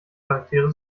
charaktere